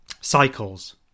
cycles